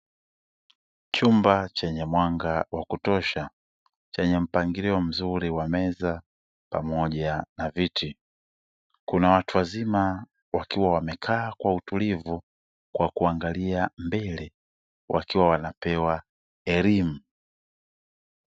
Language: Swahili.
Chumba chenye mwanga wa kutosha chenye mpangilio mzuri wa meza pamoja na viti, kuna watu wazima wakiwa wamekaa kwa utulivu kwa kuangalia mbele wakiwa wanapewa elimu.